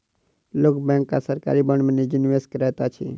लोक बैंक आ सरकारी बांड में निजी निवेश करैत अछि